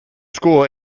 school